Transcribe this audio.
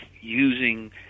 using